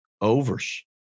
overs